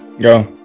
Go